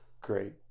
Great